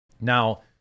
Now